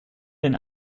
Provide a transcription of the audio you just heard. den